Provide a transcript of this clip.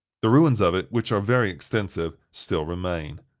the ruins of it, which are very extensive, still remain.